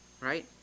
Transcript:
right